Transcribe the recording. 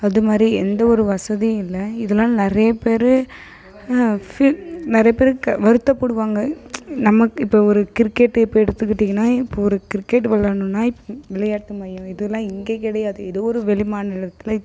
அது மாதிரி எந்த ஒரு வசதியும் இல்லை இதுலாம் நிறைய பேர் ஃபி நிறைய பேருக்கு வருத்தப்படுவாங்க நமக்கு இப்போ ஒரு கிரிக்கெட் இப்போ எடுத்துக்கிட்டிங்கன்னா இப்போது ஒரு கிரிக்கெட் விளாடணுனா இப்ப விளையாட்டு மையம் இதெலாம் இங்கே கிடையாது எதோ ஒரு வெளிமாநிலத்திலத்